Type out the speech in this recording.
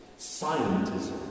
Scientism